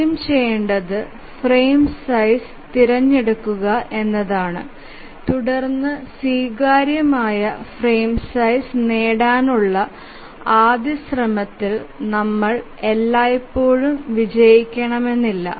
ആദ്യം ചെയ്യേണ്ടത് frame size തിരഞ്ഞെടുക്കുക എന്നതാണ് തുടർന്ന് സ്വീകാര്യമായ ഫ്രെയിം സൈസ് നേടാനുള്ള ആദ്യ ശ്രമത്തിൽ നമ്മൾ എല്ലായ്പ്പോഴും വിജയിച്ചേക്കില്ല